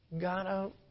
God